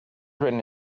written